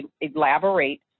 elaborate